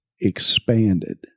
expanded